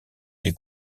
des